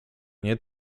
nie